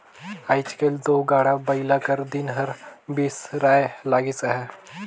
आएज काएल दो गाड़ा बइला कर दिन हर बिसराए लगिस अहे